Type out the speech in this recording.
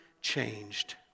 changed